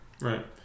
right